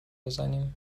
بزنیم